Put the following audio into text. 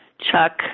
Chuck